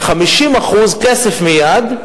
50% כסף מייד,